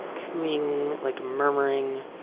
cooing, like murmuring.